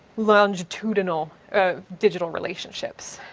longitudinal digital relationships.